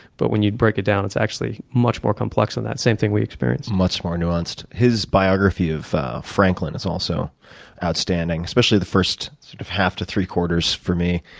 but when you break it down, it's actually much more complex than that. same thing we experience. much more nuanced. his biography of franklin is also outstanding. especially the first sort of half to three-quarters, for me.